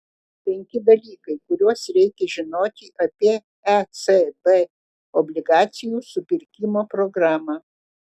penki dalykai kuriuos reikia žinoti apie ecb obligacijų supirkimo programą